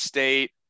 State